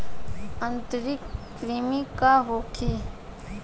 आंतरिक कृमि का होखे?